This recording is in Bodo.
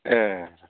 एह